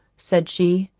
said she,